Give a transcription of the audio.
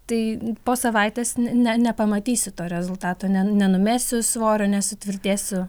tai po savaitės ne nepamatysi to rezultato ne nenumesiu svorio nesutvirtėsiu